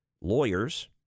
lawyers